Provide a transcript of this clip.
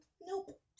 nope